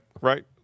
right